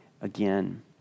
again